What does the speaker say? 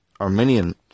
Armenian